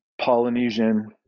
Polynesian